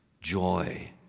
joy